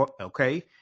okay